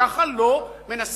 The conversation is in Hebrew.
ככה לא מנסים